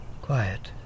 Quiet